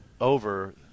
over